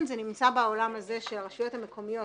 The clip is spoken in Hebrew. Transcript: לכן זה נמצא בעולם הזה שהרשויות המקומיות